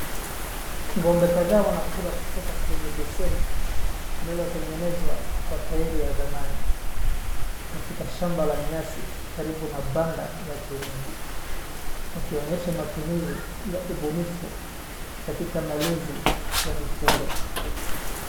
Ng'ombe kadhaa wanakula kutoka kwenye beseni lililotengenezwa kwa tairi ya zamani katika shamba la nyasi karibu na banda la kienyeji, wakionyesha matumizi ya ubunifu katika malezi ya mifugo.